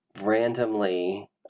randomly